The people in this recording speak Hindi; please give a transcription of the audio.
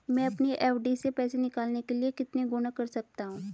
मैं अपनी एफ.डी से पैसे निकालने के लिए कितने गुणक कर सकता हूँ?